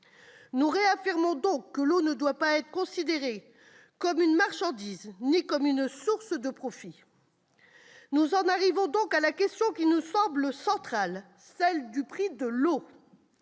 Nous réaffirmons donc que l'eau ne doit pas être considérée comme une marchandise ni comme une source de profits ! Nous en arrivons à la question qui nous semble centrale : le prix de l'eau.